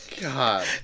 God